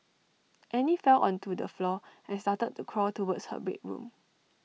Annie fell onto the floor and started to crawl towards her bedroom